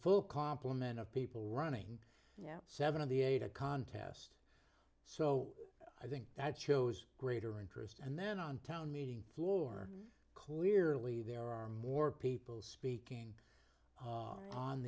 full complement of people running yeah seven of the eight a contest so i think that shows greater interest and then on town meeting floor clearly there are more people speaking